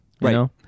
Right